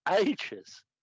ages